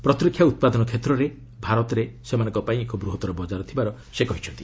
ପ୍ରତିରକ୍ଷା ଉତ୍ପାଦନ କ୍ଷେତ୍ରରେ ଭାରତରେ ସେମାନଙ୍କ ପାଇଁ ଏକ ବୃହତ୍ତର ବକାର ଥିବାର ସେ କହିଛନ୍ତି